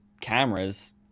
cameras